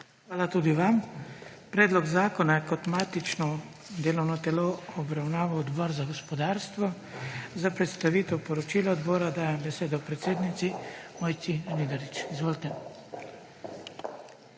Hvala tudi vam. Predlog zakona je kot matično delovno telo obravnaval Odbor za gospodarstvo. Za predstavitev poročila odbora dajem besedo predsednici, Mojci Žnidarič. Izvolite.